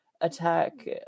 attack